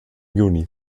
juni